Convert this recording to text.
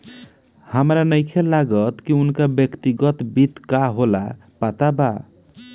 हामरा नइखे लागत की उनका व्यक्तिगत वित्त का होला पता बा